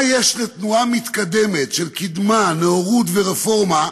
מה יש לתנועה מתקדמת, של קידמה, נאורות ורפורמה,